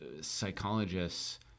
psychologists